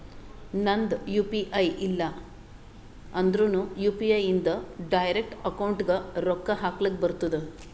ನಂದ್ U P I ಇಲ್ಲ ಅಂದುರ್ನು ಯು.ಪಿ.ಐ ಇಂದ್ ಡೈರೆಕ್ಟ್ ಅಕೌಂಟ್ಗ್ ರೊಕ್ಕಾ ಹಕ್ಲಕ್ ಬರ್ತುದ್